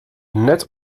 net